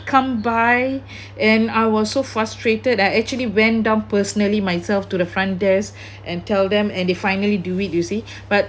come by and I was so frustrated I actually went down personally myself to the front desk and tell them and they finally do it you see but